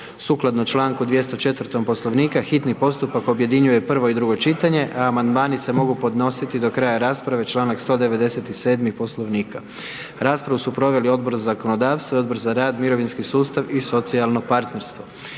Sukladno članku 204. Poslovnika, hitni postupak objedinjuje prvo i drugo čitanje a amandmani se mogu podnositi do kraja rasprave, članak 197. Poslovnika. Raspravu su proveli Odbor za zakonodavstvo, Odbor za rad, mirovinski sustav i socijalno partnerstvo.